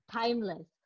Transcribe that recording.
timeless